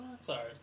Sorry